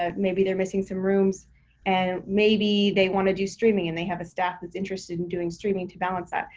ah maybe they're missing some rooms and maybe they wanna do streaming. and they have a staff that's interested in doing streaming to balance that.